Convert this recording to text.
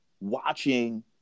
watching